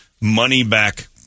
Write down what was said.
money-back